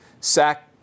sack